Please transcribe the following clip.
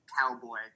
cowboy